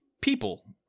People